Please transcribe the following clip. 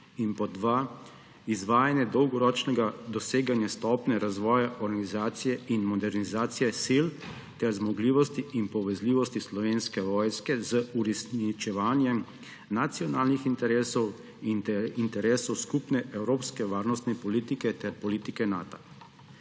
in pod 2, izvajanje dolgoročnega doseganja stopnje razvoja organizacije in modernizacije sil ter zmogljivosti in povezljivosti Slovenske vojske z uresničevanjem nacionalnih interesov in interesov skupne evropske varnostne politike ter politike Nata.